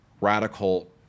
radical